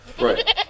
Right